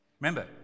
Remember